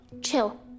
Chill